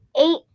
eight